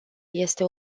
este